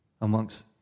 amongst